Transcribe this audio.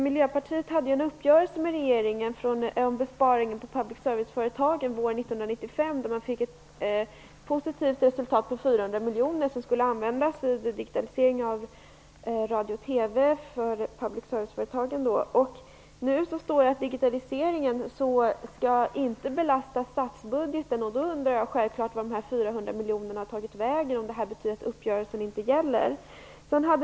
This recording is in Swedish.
Miljöpartiet träffade ju en uppgörelse med regeringen om en besparing på public service-företagen våren 1995, som ledde till ett positivt resultat på 400 miljoner. Pengarna skulle användas för digitalisering av radio och TV, dvs. public service-företagen. Nu står det att digitaliseringen inte skall belasta statsbudgeten. Därför undrar jag självklart var de 400 miljonerna har tagit vägen och om detta betyder att uppgörelsen inte gäller.